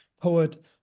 Poet